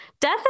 death